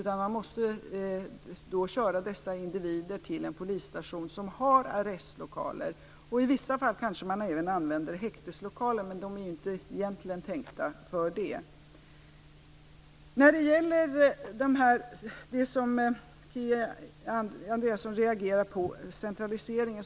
Man måste då köra dessa individer till en polisstation som har arrestlokaler. I vissa fall använder man kanske även häkteslokaler, men de är ju egentligen inte tänkta för det. Kia Andreasson reagerar mot centraliseringen.